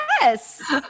Yes